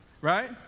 right